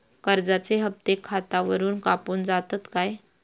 कर्जाचे हप्ते खातावरून कापून जातत काय?